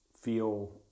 feel